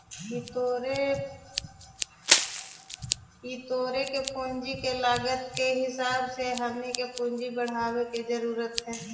ई तुरी के पूंजी के लागत के हिसाब से हमनी के पूंजी बढ़ाबे के जरूरत हई